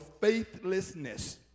faithlessness